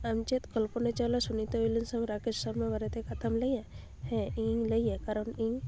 ᱟᱢ ᱪᱮᱫ ᱠᱚᱞᱯᱚᱱᱟ ᱪᱟᱣᱞᱟ ᱥᱩᱱᱤᱛᱟ ᱩᱭᱞᱤᱱᱥᱮᱱ ᱨᱟᱠᱮᱥ ᱥᱚᱨᱢᱟ ᱵᱟᱨᱮᱛᱮ ᱠᱟᱛᱷᱟᱢ ᱞᱟᱹᱭᱟ ᱦᱮᱸ ᱤᱧ ᱞᱟᱹᱭᱟ ᱠᱟᱨᱚᱱ ᱤᱧ